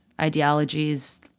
ideologies